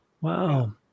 wow